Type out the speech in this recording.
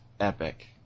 epic